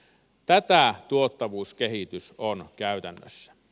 tätä tuottavuuskehitys on käytännössä